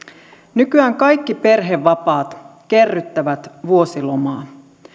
nykyään kaikki perhevapaat kerryttävät vuosilomaa